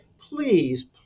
please